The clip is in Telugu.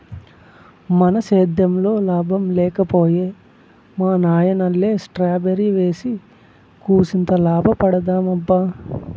మన సేద్దెంలో లాభం లేక పోయే మా నాయనల్లె స్ట్రాబెర్రీ ఏసి కూసింత లాభపడదామబ్బా